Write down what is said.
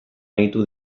gehitu